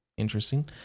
interesting